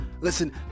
Listen